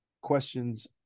questions